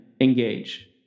engage